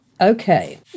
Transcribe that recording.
Okay